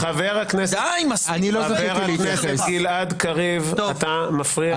חבר הכנסת גלעד קריב, אתה מפריע לי.